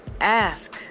ask